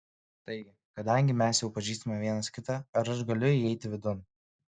taigi kadangi mes jau pažįstame vienas kitą ar aš galiu įeiti vidun